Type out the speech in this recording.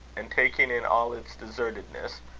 and taking in all its desertedness,